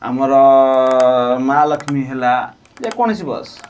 ଆମର ମା' ଲକ୍ଷ୍ମୀ ହେଲା ଯେକୌଣସି ବସ୍